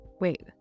wait